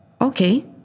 okay